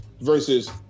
versus